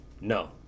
No